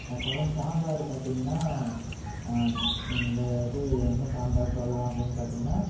கொழம்பு சாம்பார் பார்த்திங்கனா வே இது என்ன சாம்பார் சொல்லலாம் அப்படின்னு பார்த்திங்கனா